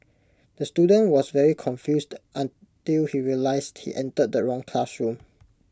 the student was very confused until he realised he entered the wrong classroom